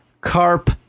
carp